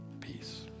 peace